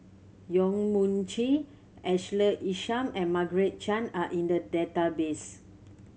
Yong Mun Chee Ashley Isham and Margaret Chan are in the database